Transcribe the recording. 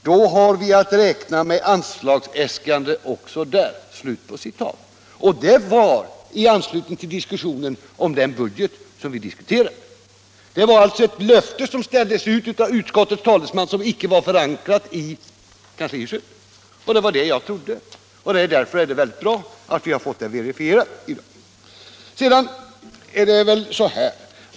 Då har vi att räkna med anslagsäskande också där.” Detta uttalades i anslutning till debatten om den budget vi diskuterade, och det var alltså ett löfte som lämnades av utskottets talesman men som icke var förankrat i kanslihuset. Och det var också det jag trodde. Därför är det mycket bra att vi fått saken verifierad i dag.